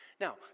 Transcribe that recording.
Now